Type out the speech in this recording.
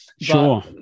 Sure